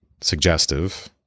suggestive